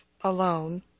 alone